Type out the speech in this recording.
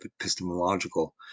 epistemological